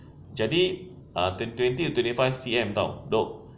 jadi ah twen~ twenty twenty five C_M [tau] look